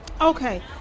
Okay